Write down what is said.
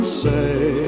say